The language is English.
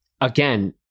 again